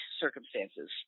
circumstances